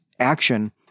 action